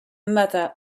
mother